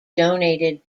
donated